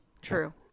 true